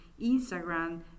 Instagram